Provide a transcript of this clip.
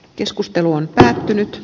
keskustelu on päättynyt